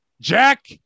jack